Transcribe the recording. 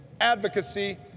advocacy